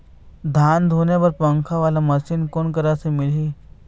धान धुके बर पंखा वाला मशीन कोन करा से मिलही?